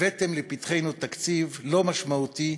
הבאתם לפתחנו תקציב לא משמעותי,